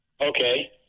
okay